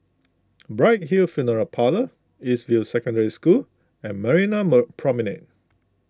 Bright Hill Funeral Parlour East View Secondary School and Marina Promenade